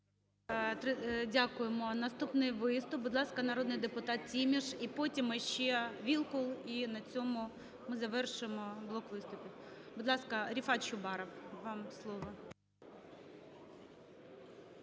Дякуємо. Наступний виступ. Будь ласка, народний депутат Тіміш. І потім ще Вілкул. І на цьому ми завершимо блок виступів. Будь ласка, Рефат Чубаров, вам слово.